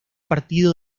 partido